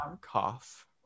cough